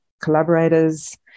collaborators